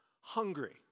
hungry